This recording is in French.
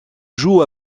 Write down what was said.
joue